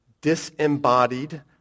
disembodied